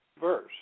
verse